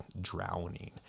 drowning